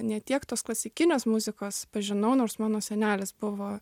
ne tiek tos klasikinės muzikos pažinau nors mano senelis buvo